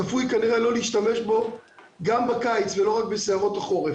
צפוי כנראה לא להשתמש בו גם בקיץ ולא רק בסערות חורף.